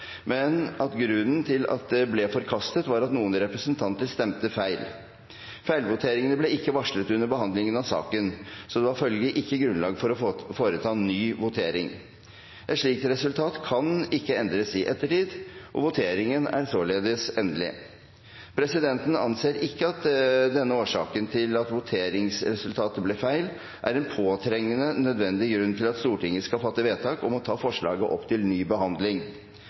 men at grunnen til at det ble forkastet, var at noen representanter stemte feil. Feilvoteringene ble ikke varslet under behandlingen av saken, så det var følgelig ikke grunnlag for å foreta ny votering. Et slikt resultat kan ikke endres i ettertid. Voteringen er dermed endelig. Presidenten anser ikke at denne årsaken til at voteringsresultatet ble feil, er en «påtrengende nødvendig» grunn til at Stortinget skal fatte vedtak om å ta forslaget opp til ny behandling.